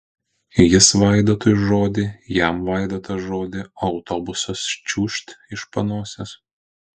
jis vaidotui žodį jam vaidotas žodį o autobusas čiūžt iš panosės